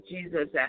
Jesus